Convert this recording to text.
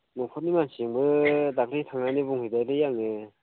न'खरनि मानसिजोंबो दाख्लै थांनानै बुंहैबायलै आङो